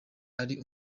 ari